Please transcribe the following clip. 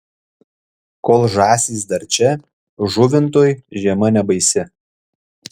kol žąsys dar čia žuvintui žiema nebaisi